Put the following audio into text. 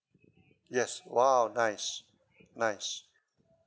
yes !wow! nice nice